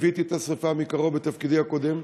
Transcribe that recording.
ליוויתי את השרפה מקרוב בתפקידי הקודם.